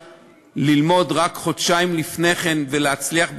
ללמוד רק חודשיים לפני כן ולהצליח בבחינה,